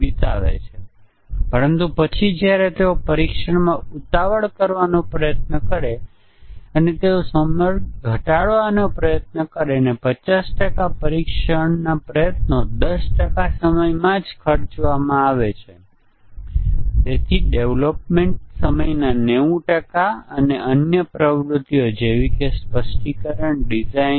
બીજી સમસ્યા એ છે કે બિન તુચ્છ કાર્યક્રમ માટે આપણે અબજો અથવા ટ્રિલિયન મ્યુટન્ટ પેદા કરી શકીએ છીએ અને પછી પ્રક્રિયા સ્વચાલિત હોવા છતાં તે મોટી સંખ્યામાં ઘણો સમય લાગી શકે છે અને ચિહ્નિત કરવામાં આવેલી ઘણી ભૂલો પણ હોઈ શકે છે સમકક્ષ મ્યુટન્ટ માટે અને તે પણ આપણે ફક્ત સરળ વાક્યરચના દોષો અને ચોક્કસ પ્રકારની ફોલ્ટ ઓ દાખલ કરી શકીએ છીએ